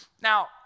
Now